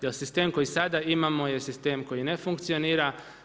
Jer sistem koji sada imamo je sistem koji ne funkcionira.